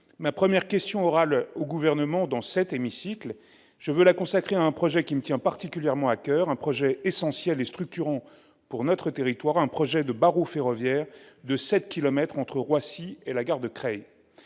ma première question orale au Gouvernement dans cet hémicycle, je veux la consacrer à un projet qui me tient particulièrement à coeur, un projet essentiel et structurant pour notre territoire, un projet de barreau ferroviaire de sept kilomètres entre Roissy et la gare de Creil.